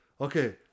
okay